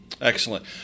Excellent